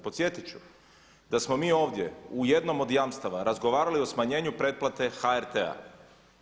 Podsjetit ću da smo mi ovdje u jednom od jamstva razgovarali o smanjenju pretplate HRT-a.